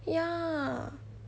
ya